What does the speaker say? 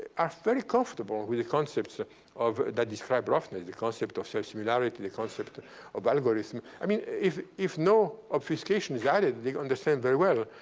are very comfortable with the concepts ah that describe roughness, the concept of self-similarity, the concept of algorithm. i mean, if if no obfuscation is added, they understand very well.